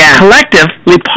collectively